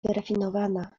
wyrafinowana